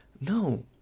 No